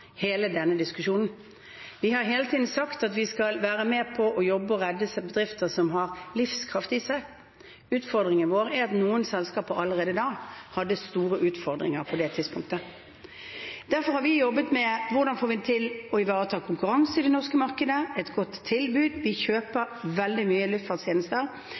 hele denne diskusjonen. Vi har hele tiden sagt at vi skal være med og jobbe for å redde bedrifter som har livskraft i seg. Utfordringen vår er at noen selskaper allerede på det tidspunktet hadde store utfordringer. Derfor har vi jobbet med hvordan vi får til å ivareta konkurranse i det norske markedet, et godt tilbud. Vi kjøper veldig mye luftfartstjenester.